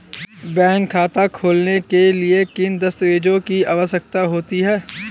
Bank खाता खोलने के लिए किन दस्तावेज़ों की आवश्यकता होती है?